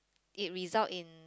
it result in